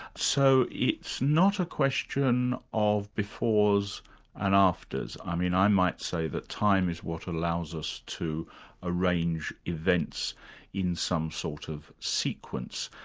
so it's not a question of befores and afters. i ah mean i might say that time is what allows us to arrange events in some sort of sequence,